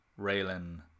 Raylan